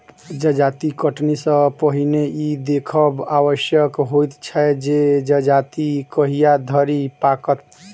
जजाति कटनी सॅ पहिने ई देखब आवश्यक होइत छै जे जजाति कहिया धरि पाकत